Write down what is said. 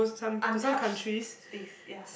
untouched space ya